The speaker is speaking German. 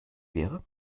wäre